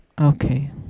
Okay